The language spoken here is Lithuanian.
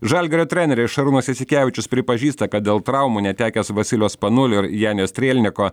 žalgirio treneris šarūnas jasikevičius pripažįsta kad dėl traumų netekęs vasilijaus panulio ir janio strėlniko